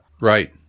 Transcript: Right